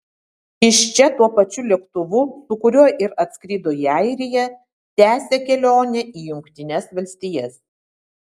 iš čia tuo pačiu lėktuvu su kuriuo ir atskrido į airiją tęsia kelionę į jungtines valstijas